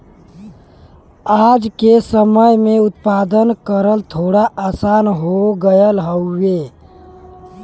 आज के समय में उत्पादन करल थोड़ा आसान हो गयल हउवे